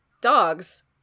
Dogs